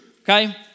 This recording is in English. okay